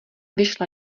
vyšla